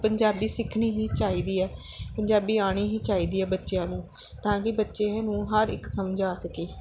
ਪੰਜਾਬੀ ਸਿੱਖਣੀ ਹੀ ਚਾਹੀਦੀ ਹੈ ਪੰਜਾਬੀ ਆਉਣੀ ਹੀ ਚਾਹੀਦੀ ਹੈ ਬੱਚਿਆਂ ਨੂੰ ਤਾਂ ਕਿ ਬੱਚੇ ਨੂੰ ਹਰ ਇੱਕ ਸਮਝ ਆ ਸਕੇ